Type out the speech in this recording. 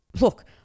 look –